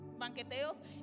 banqueteos